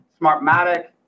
Smartmatic